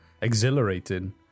exhilarating